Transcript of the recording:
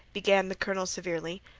began the colonel, severely,